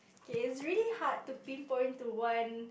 okay it's really hard to pinpoint to one